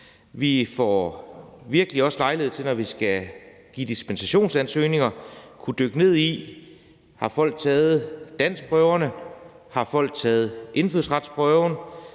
Vi får virkelig også lejlighed til, når vi skal give dispensationer, at kunne dykke ned i det: Har folk taget danskprøverne? Har folk taget indfødsretsprøven?